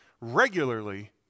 regularly